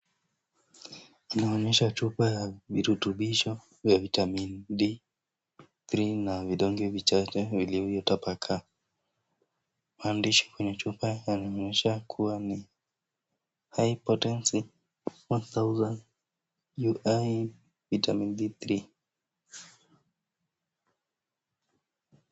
Tunaonyeshwa chupa ya virutubisho vya Vitamin B3 na vidonge vichache vilivyotapakaa. Maandishi kwenye chupa yanaonyesha kuwa ni High Potency 1000 ui Vitamin B3.